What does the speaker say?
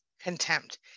contempt